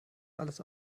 alles